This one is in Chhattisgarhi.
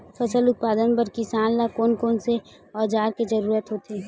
फसल उत्पादन बर किसान ला कोन कोन औजार के जरूरत होथे?